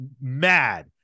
mad